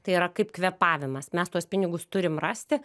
tai yra kaip kvėpavimas mes tuos pinigus turim rasti